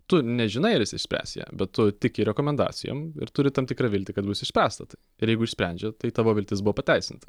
tu nežinai ar jis išspręs ją bet tu tiki rekomendacijom ir turi tam tikrą viltį kad bus išspręsta tai ir jeigu išsprendžia tai tavo viltis buvo pateisinta